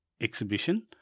exhibition